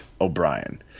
O'Brien